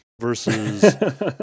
versus